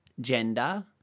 gender